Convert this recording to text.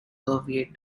soviet